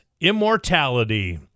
immortality